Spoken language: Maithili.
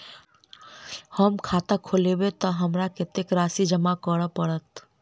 हम खाता खोलेबै तऽ हमरा कत्तेक राशि जमा करऽ पड़त?